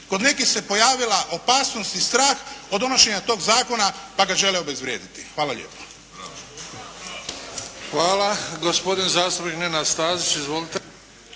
kod nekih se pojavila opasnost i strah od donošenja toga zakona pa ga žele obezvrijediti. Hvala lijepo. **Bebić, Luka (HDZ)** Hvala. Gospodin zastupnik Nenad Stazić. Izvolite.